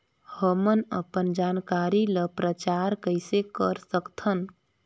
हमन अपन जानकारी ल प्रचार कइसे कर सकथन?